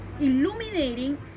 illuminating